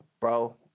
bro